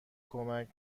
کمک